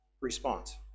response